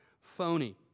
phony